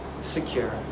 secure